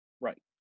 Right